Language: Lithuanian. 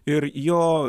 ir jo